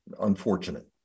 Unfortunate